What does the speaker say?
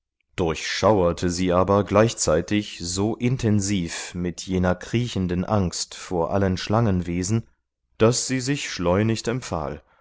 durchschauerte sie aber gleichzeitig so intensiv mit jener kriechenden angst vor allen schlangenwesen daß sie sich schleunigst empfahl